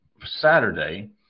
Saturday